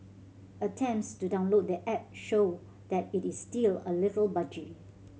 attempts to download the app show that it is still a little buggy